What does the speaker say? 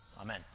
Amen